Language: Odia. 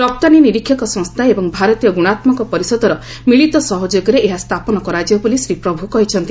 ରପ୍ତାନୀ ନିରୀକ୍ଷକ ସଂସ୍ଥା ଏବଂ ଭାରତୀୟ ଗୁଣାତ୍ମକ ପରିଷଦର ମିଳିତ ସହଯୋଗରେ ଏହା ସ୍ଥାପନ କରାଯିବ ବୋଲି ଶ୍ରୀ ପ୍ରଭୁ କହିଛନ୍ତି